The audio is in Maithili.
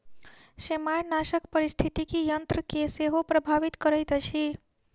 सेमारनाशक पारिस्थितिकी तंत्र के सेहो प्रभावित करैत अछि